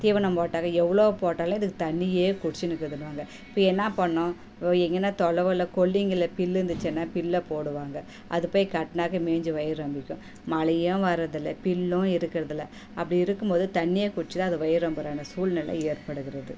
தீவனம் போட்டாலும் எவ்வளோ போட்டாலும் இதுங்க தண்ணியே குடிச்சினுக்குதுவாங்க இப்போ என்ன பண்ணும் எங்கேண்ணா தொலைவில் கொல்லிங்கிள்ல பில்லுருந்துச்சுன்னா பில்லைப்போடுவாங்க அது போய் கட்டினாக்கா மேஞ்சு வாயிற் ரொம்பிக்கும் மலையும் வரதுல்ல பில்லும் இருக்கிறதுல்ல அப்படி இருக்கும் போது அது தண்ணியை குடிச்சிதான் அது வயிற் ரொம்பர சூழ்நிலை ஏற்படுகிறது